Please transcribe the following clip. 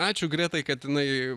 ačiū gretai kad jinai